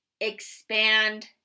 expand